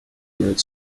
unit